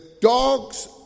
dogs